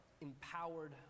empowered